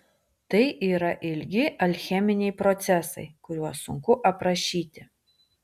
tai yra ilgi alcheminiai procesai kuriuos sunku aprašyti